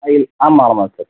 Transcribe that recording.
இல்லை ஆமாம் ஆமாம் சார்